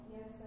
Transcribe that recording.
Yes